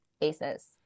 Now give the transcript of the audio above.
basis